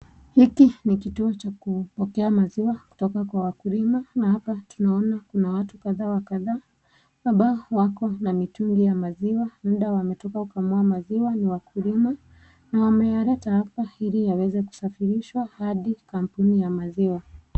Hiki ni kituo cha kupokea maziwa kutoka kwa waku, na hapa tunaona kuna watu kadhaa wa kadhaa, ambao wako na mitungi ya maziwa, labda wametoka kukamua maziwa ya wakulima , na wameyaleta hapa ili yaweze kusafirishwa hadi kampuni ya maziwa.